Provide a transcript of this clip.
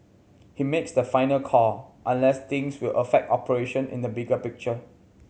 he makes the final call unless things will affect operation in the bigger picture